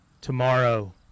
tomorrow